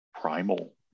primal